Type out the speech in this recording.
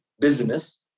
business